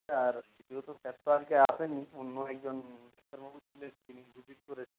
আর যেহেতু স্যার তো আজকে আসেননি অন্য একজন ডাক্তারবাবু ছিলেন তিনি ভিজিট করেছেন